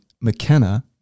McKenna